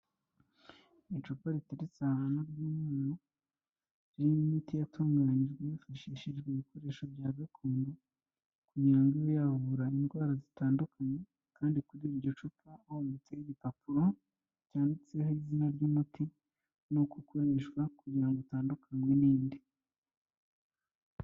Icupa riteretse ahantu ry'umweru, ririmo imiti yatunganyijwe hifashishijwe ibikoresho bya gakondo kugira ngo ibe yavura indwara zitandukanye. Kandi kuri iryo cupa hometseho igipapuro cyanditseho izina ry'umuti n'uko ukoreranishwa, kugira ngo utandukanywe n'indi.